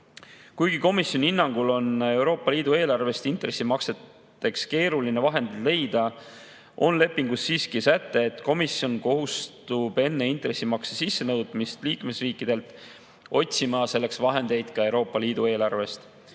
Kuigi komisjoni hinnangul on Euroopa Liidu eelarvest intressimakseteks keeruline vahendeid leida, on lepingus siiski säte, et komisjon kohustub enne intressimakse sissenõudmist liikmesriikidelt otsima selleks vahendeid ka Euroopa Liidu eelarvest.